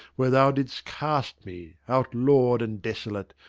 where thou didst cast me outlawed and desolate,